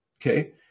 Okay